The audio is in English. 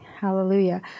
hallelujah